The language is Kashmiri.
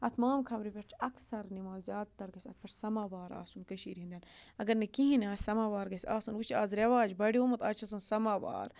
اَتھ مامہٕ خبرِ پٮ۪ٹھ چھِ اَکثر نِوان زیادٕ تر گژھِ اَتھ پٮ۪ٹھ سَماوار آسُن کٔشیٖرِ ہِنٛدٮ۪ن اگر نہٕ کِہیٖنۍ آسہِ سَماوار گَژھِ آسُن وۄنۍ چھِ آز رٮ۪واج بَڑیومُت آز چھِ آسان سَماوار